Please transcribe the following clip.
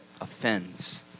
offends